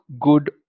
good